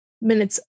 minutes